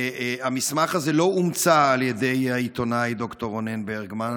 והמסמך הזה לא הומצא על ידי העיתונאי ד"ר רונן ברגמן,